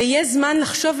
ויהיה זמן לחשוב,